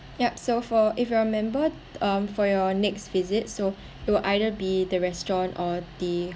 yup so for if you are a member um for your next visit so it will either be the restaurant or the